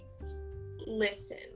listen